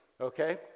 okay